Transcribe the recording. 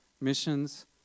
missions